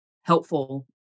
helpful